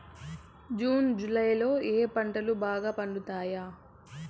June July లో ఏ పంటలు బాగా పండుతాయా?